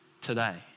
today